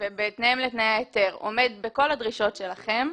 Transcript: ובהתאם לתנאי ההיתר ועומד בכל הדרישות שלכם,